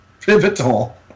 Pivotal